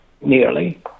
nearly